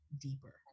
deeper